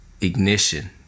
ignition